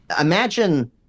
imagine